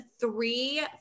three